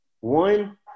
one